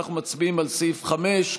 ואנחנו מצביעים על סעיף 5,